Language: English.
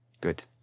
Good